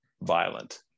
violent